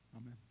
Amen